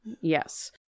Yes